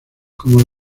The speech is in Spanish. como